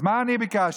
אז מה אני ביקשתי?